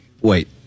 Wait